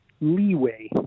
leeway